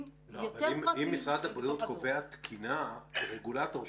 אם משרד הבריאות קובע תקינה כרגולטור,